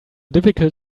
difficult